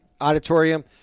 auditorium